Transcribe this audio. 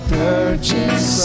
purchase